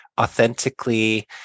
authentically